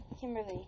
Kimberly